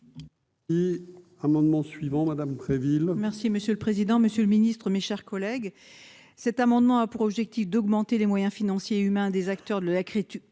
Et amendements suivants : Madame 13 villes. Si Monsieur le président, Monsieur le Ministre, mes chers collègues, cet amendement a pour objectif d'augmenter les moyens financiers et humains des acteurs de la crise